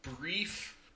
brief